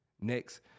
Next